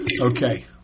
Okay